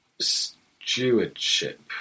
stewardship